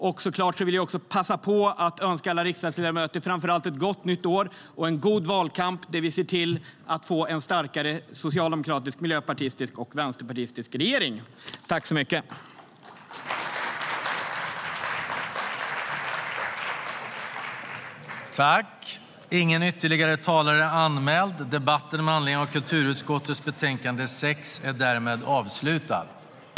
Jag vill såklart också passa på att önska alla riksdagsledamöter ett gott nytt år och en god valkamp där vi ser till att få en starkare socialdemokratisk, miljöpartistisk och vänsterpartistisk regering.